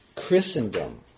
Christendom